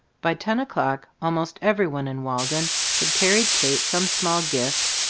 by ten o'clock almost everyone in walden had carried kate some small gift,